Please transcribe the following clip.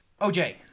OJ